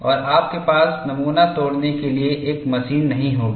और आपके पास नमूना तोड़ने के लिए एक मशीन नहीं होगी